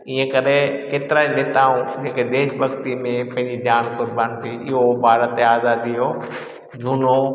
ईअं करे केतिरा ई नेताऊं जेके देश भक्ति में पंहिंजी जानि क़ुर्बानु थियो पोइ भारत ते आज़ादी जो झूनो